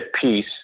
peace